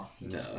No